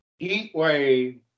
Heatwave